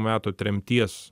metų tremties